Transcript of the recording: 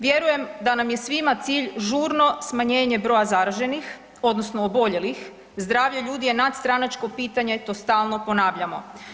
Vjerujem da nam je svima cilj žurno smanjenje broja zaraženih odnosno oboljelih, zdravlje ljudi je nadstranačko pitanje to stalno ponavljamo.